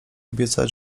obiecać